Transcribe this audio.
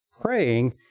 praying